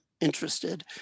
interested